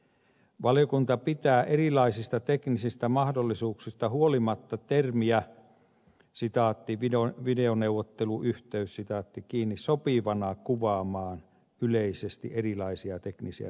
valiokunta pitää erilaisista teknisistä mahdollisuuksista huolimatta termiä videoneuvotteluyhteys sopivana kuvaamaan yleisesti erilaisia teknisiä neuvotteluyhteysmahdollisuuksia